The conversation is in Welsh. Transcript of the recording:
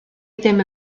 ddim